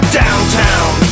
downtown